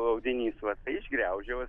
audinys va tai išgraužė vat